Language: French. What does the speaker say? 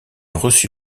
reçut